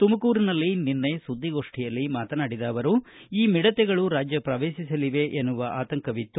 ತುಮಕೂರಿನಲ್ಲಿ ನಿನ್ನೆ ಸುದ್ದಿಗೋಷ್ಠಿಯಲ್ಲಿ ಮಾತನಾಡಿದ ಅವರು ಈ ಮಿಡತೆಗಳು ರಾಜ್ಯ ಪ್ರವೇಶಿಸಲಿವೆ ಎನ್ನುವ ಆತಂಕವಿತ್ತು